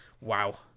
wow